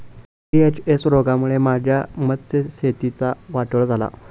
VHS रोगामुळे माझ्या मत्स्यशेतीचा वाटोळा झाला